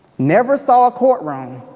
never saw a courtroom